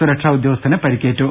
സുരക്ഷാ ഉദ്യോഗസ്ഥന് പരിക്കേറ്റു